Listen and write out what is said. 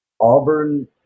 Auburn